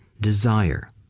desire